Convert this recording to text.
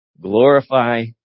glorify